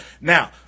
Now